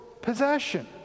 possession